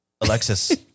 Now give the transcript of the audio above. Alexis